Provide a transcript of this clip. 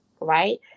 Right